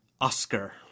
Oscar